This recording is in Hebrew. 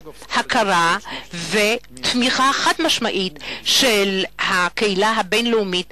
הכרה ותמיכה חד-משמעית של הקהילה הבין-לאומית